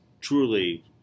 truly